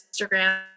instagram